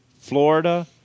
Florida